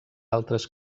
altres